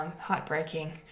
heartbreaking